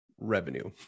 revenue